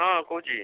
ହଁ କହୁଛି